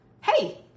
hey